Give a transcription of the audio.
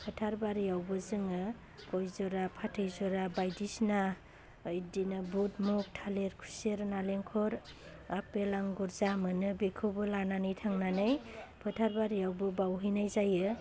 फोथार बारियावबो जोङो गय जरा फाथै जरा बायदिसिना बिदिसिना बुध मुध थालेर खुसेर नालेंखर आपेल आंगुर जा मोनो बेखौबो लानानै थांनानै फोथारबारियावबो बावहैनाय जायो